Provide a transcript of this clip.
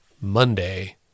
Monday